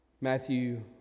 Matthew